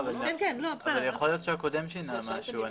יכול להיות שהקודם שינה משהו.